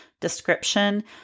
description